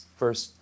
first